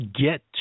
get